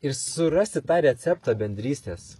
ir surasti tą receptą bendrystės